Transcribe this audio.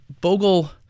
Bogle